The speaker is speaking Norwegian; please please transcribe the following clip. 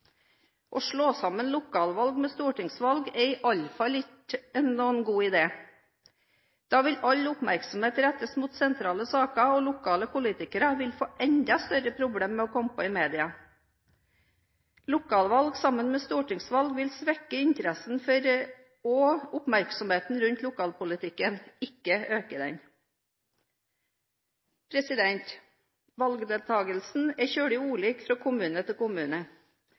Å slå sammen lokalvalg med stortingsvalg er iallfall ikke noen god idé. Da vil all oppmerksomhet rettes mot sentrale saker, og lokale politikere vil få enda større problemer med å komme fram i media. Lokalvalg sammen med stortingsvalg vil svekke interessen for og oppmerksomheten rundt lokalpolitikken, ikke øke den. Valgdeltagelsen er veldig ulik fra kommune til kommune.